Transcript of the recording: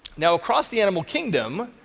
now, across the animal kingdom,